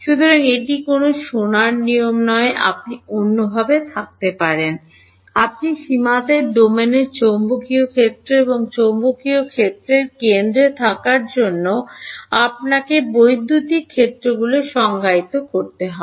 সুতরাং এটি কোনও সোনার নিয়ম নয় আপনি অন্যভাবে থাকতে পারেন আপনি সীমাতে ডোমেনের চৌম্বকীয় ক্ষেত্র এবং চৌম্বকীয় ক্ষেত্রের কেন্দ্রে থাকার জন্য আপনাকে বৈদ্যুতিক ক্ষেত্রগুলি সংজ্ঞায়িত করতে পারেন